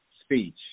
speech